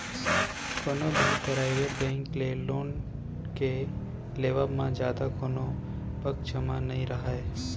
कोनो भी private bank ले लोन के लेवब म जादा कोनो पक्छ म नइ राहय